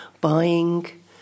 buying